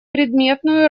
предметную